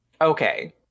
Okay